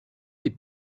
les